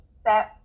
step